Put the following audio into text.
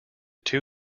two